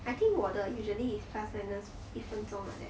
I think 我的 usually is plus minus 一分钟 like that